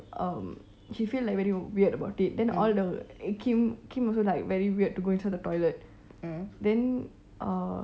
um she feel like very weird about it then all the kim kim also like very weird to go inside the toilet then uh